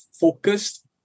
focused